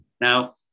Now